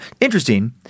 Interesting